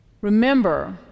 remember